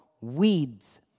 Weeds